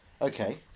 Okay